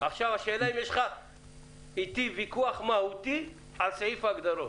עכשיו השאלה אם יש לך איתי ויכוח מהותי על סעיף ההגדרות.